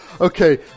Okay